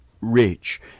rich